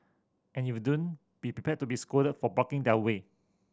and if don't be prepared to be scolded for blocking their way